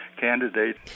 candidate